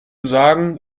sagen